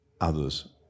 others